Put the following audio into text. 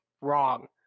Wrong